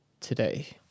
today